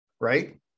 right